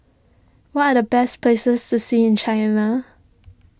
what are the best places to see in China